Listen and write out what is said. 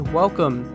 welcome